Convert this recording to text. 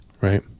right